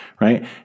Right